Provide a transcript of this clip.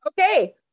Okay